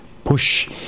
Push